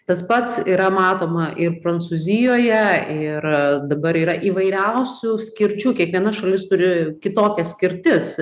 tas pats yra matoma ir prancūzijoje ir dabar yra įvairiausių skirčių kiekviena šalis turi kitokias skirtis